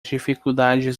dificuldades